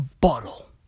Bottle